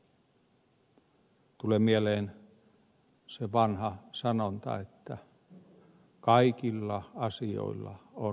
tulee mieleen se vanha sanonta että kaikilla asioilla on oma aikansa